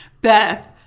Beth